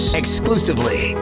exclusively